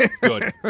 good